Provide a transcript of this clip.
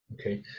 Okay